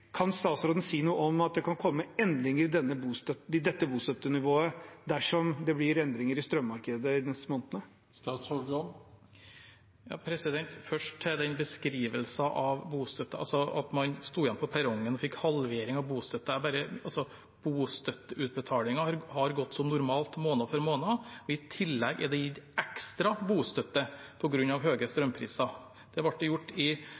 Kan statsråden si noe om at det kan komme endringer i dette bostøttenivået dersom det blir endringer i strømmarkedet de neste månedene? Først til den beskrivelsen av bostøtte, altså at man sto igjen på perrongen og fikk halvering av bostøtten: Bostøtteutbetalingen har gått som normalt måned for måned, i tillegg er det gitt ekstra bostøtte på grunn av høye strømpriser. Det ble gjort i